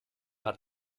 hat